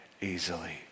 easily